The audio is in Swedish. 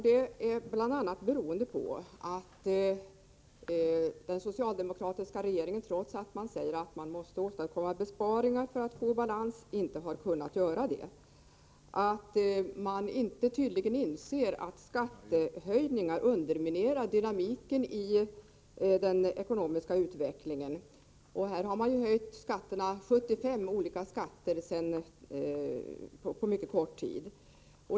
Det är bl.a. beroende på att den socialdemokratiska regeringen, trots att man säger att man måste åstadkomma besparingar för att få balans, inte har kunnat göra det och på att man tydligen inte inser att skattehöjningar underminerar dynamiken i den ekonomiska utvecklingen; man har ju t.ex. höjt 75 olika skatter på mycket kort tid.